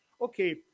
Okay